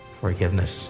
forgiveness